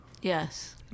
Yes